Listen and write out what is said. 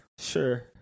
Sure